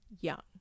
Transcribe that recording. young